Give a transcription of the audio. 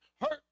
hurt